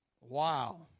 Wow